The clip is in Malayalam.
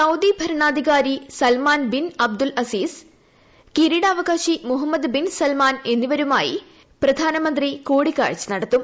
സൌദി ഭരണാധികാരി സൽമാൻ ബിൻ അബ്ദുൽ അസീസ് ക്ടിരീടാവകാശി മുഹമ്മദ് ബിൻ സൽമാൻ എന്നിവരുമായി ശ്രീ ് മ്ലോട്ടി കൂടിക്കാഴ്ച നടത്തും